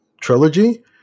trilogy